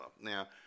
Now